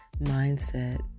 mindset